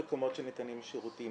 את המקומות שניתנים השירותים,